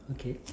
okay